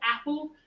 Apple